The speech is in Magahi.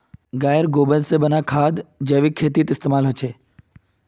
गायेर गोबर से बनाल खाद जैविक खेतीत इस्तेमाल होछे